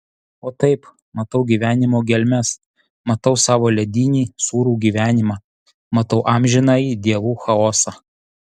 o taip matau gyvenimo gelmes matau savo ledinį sūrų gyvenimą matau amžinąjį dievų chaosą